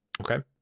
Okay